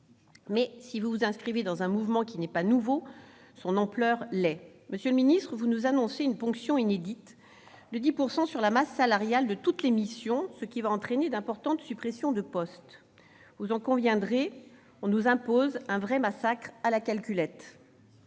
Si vous vous inscrivez dans un mouvement qui n'est pas nouveau, son ampleur est nouvelle. Vous nous annoncez une ponction inédite de 10 % sur la masse salariale de toutes les missions, ce qui entraînera d'importantes suppressions de postes. Vous en conviendrez, on nous impose un vrai massacre à la calculette.